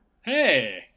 Hey